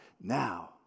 Now